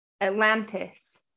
Atlantis